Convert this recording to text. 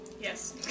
Yes